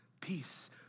peace